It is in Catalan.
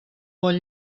bon